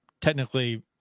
technically